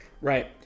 Right